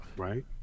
right